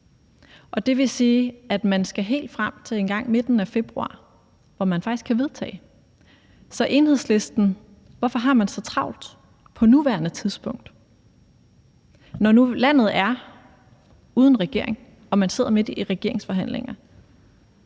og det vil sige, at man skal helt frem til engang i midten af februar, for at man faktisk kan vedtage det. Hvorfor har man i Enhedslisten så travlt på nuværende tidspunkt, når nu landet er uden regering og man sidder midt i regeringsforhandlinger?